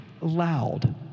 loud